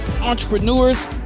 entrepreneurs